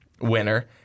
winner